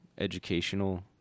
Educational